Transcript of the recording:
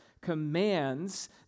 commands